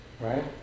right